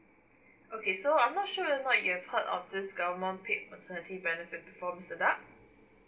okay so I'm not sure whether or not if you've heard of this government paid maternity benefit before mister tak